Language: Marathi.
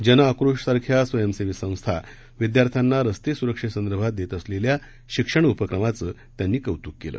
जनआक्रोश सारख्या स्वयंसेवी संस्था विद्यार्थ्यांना रस्ते सुरक्षेसंदर्भात देत असलेल्या शिक्षण उपक्रमाचं त्यांनी कौतुक केलं